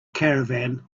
caravan